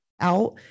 out